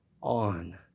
on